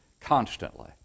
constantly